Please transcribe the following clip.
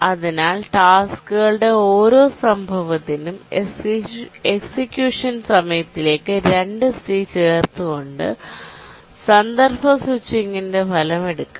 അതിനാൽ ടാസ്ക്കുകളുടെ ഓരോ സംഭവത്തിനും എക്സിക്യൂഷൻ സമയത്തിലേക്ക് 2 സി ചേർത്തുകൊണ്ട് കോണ്ടെസ്റ് സ്വിച്ചിംഗിന്റെ ഫലം എടുക്കാം